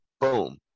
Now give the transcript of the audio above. Boom